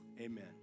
amen